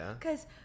cause